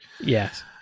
Yes